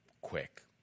quick